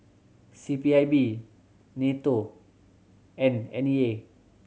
C P I B NATO and N E A